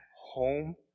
home